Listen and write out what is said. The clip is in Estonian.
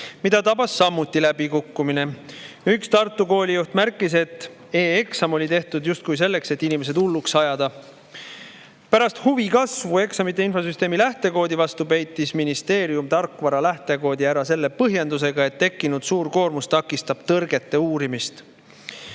mida tabas samuti läbikukkumine. Üks Tartu koolijuht märkis, et e-eksam oli tehtud justkui selleks, et inimesed hulluks ajada. Pärast seda, kui oli kasvanud huvi eksamite infosüsteemi lähtekoodi vastu, peitis ministeerium tarkvara lähtekoodi ära selle põhjendusega, et tekkinud suur koormus takistab tõrgete uurimist.